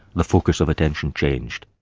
the focus of attention changed.